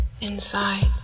inside